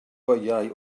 beiau